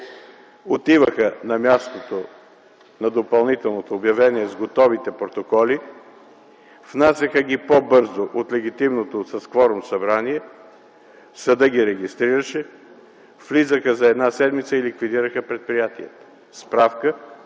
Отиваха на мястото, допълнително обявено, с готовите протоколи, внасяха ги по-бързо от легитимното, с кворум, събрание, съдът ги регистрираше, влизаха за една седмица и ликвидираха предприятия. Справка